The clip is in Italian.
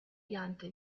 pianta